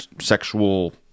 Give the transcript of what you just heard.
sexual